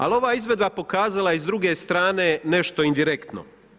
Ali ova izvedba je pokazala i s druge strane nešto indirektno.